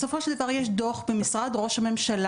בסופו של דבר יש דו"ח במשרד ראש הממשלה